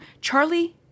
Charlie